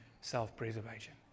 self-preservation